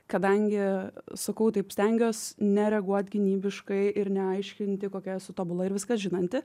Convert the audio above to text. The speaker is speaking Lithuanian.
kadangi sakau taip stengiuos nereaguot gynybiškai ir neaiškinti kokia esu tobula ir viską žinanti